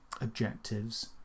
objectives